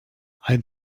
ein